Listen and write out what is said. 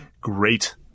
great